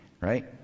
right